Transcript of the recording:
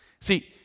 See